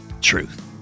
truth